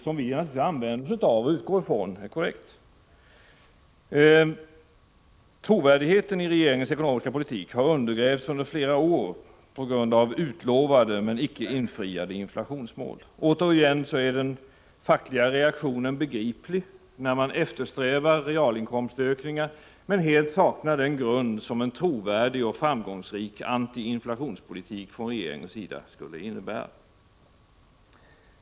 När vi har använt oss av det har vi naturligtvis utgått från att det är korrekt. Trovärdigheten i regeringens ekonomiska politik har undergrävts under flera år på grund av utlovade men icke infriade inflationsmål. Återigen är den fackliga reaktionen begriplig, när man eftersträvar realinkomstökningar men helt saknar den grund som en trovärdig och framgångsrik antiinflationspolitik från regeringens sida skulle innebära.